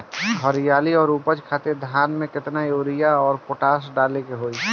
हरियाली और उपज खातिर धान में केतना यूरिया और पोटाश डाले के होई?